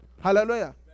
Hallelujah